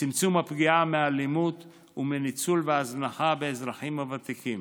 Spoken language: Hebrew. וצמצום הפגיעה מאלימות ומניצול והזנחה של אזרחים ותיקים.